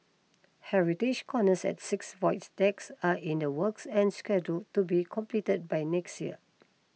heritage corners at six void decks are in the works and scheduled to be completed by next year